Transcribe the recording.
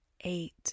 eight